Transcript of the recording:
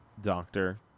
Doctor